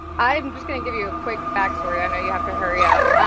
i'm just gonna give you a quick backstory. i know you have to hurry up.